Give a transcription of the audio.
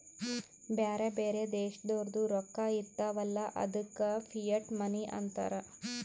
ಬ್ಯಾರೆ ಬ್ಯಾರೆ ದೇಶದೋರ್ದು ರೊಕ್ಕಾ ಇರ್ತಾವ್ ಅಲ್ಲ ಅದ್ದುಕ ಫಿಯಟ್ ಮನಿ ಅಂತಾರ್